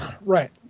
Right